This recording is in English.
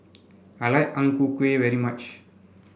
I like Ang Ku Kueh very much